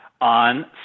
on